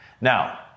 Now